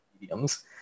mediums